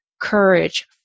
courage